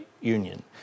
union